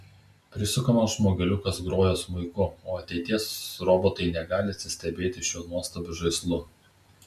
prisukamas žmogeliukas groja smuiku o ateities robotai negali atsistebėti šiuo nuostabiu žaislu